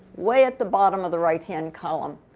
way at the bottom of the right hand column.